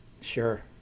Sure